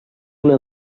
una